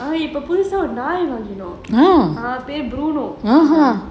இப்போ புதுசா ஒரு நாய் வாங்கினோம் அது பெரு:appo puthusaa oru nai vaanginom athu peru bruno